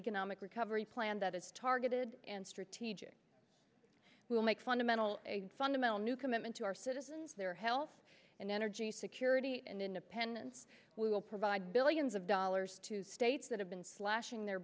economic recovery plan that is targeted and strategic we will make fundamental fundamental new commitment to our citizens their health and energy security and independence we will provide billions of dollars to states that have been slashing their